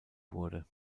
wurde